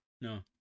No